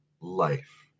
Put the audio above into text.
life